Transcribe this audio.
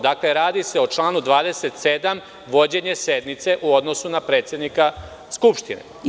Dakle, radi se o članu 27. vođenje sednice u odnosu na predsednika Skupštine.